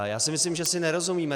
Já si myslím, že si nerozumíme.